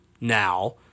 now